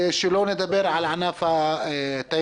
שלא לדבר על ענף התיירות